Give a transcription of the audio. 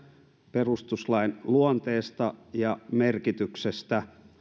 perustuslain luonteesta ja merkityksestä